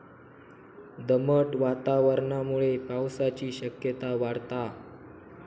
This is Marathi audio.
दमट वातावरणामुळे पावसाची शक्यता वाढता